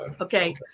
Okay